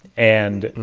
and,